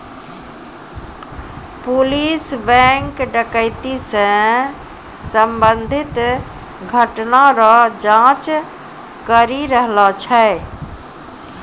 police bank डकैती से संबंधित घटना रो जांच करी रहलो छै